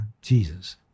Jesus